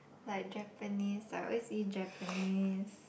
like Japanese I always eat Japanese